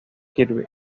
kirby